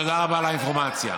תודה רבה על האינפורמציה.